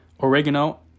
oregano